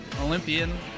Olympian